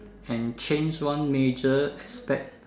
and change one major aspect